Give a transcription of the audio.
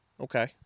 Okay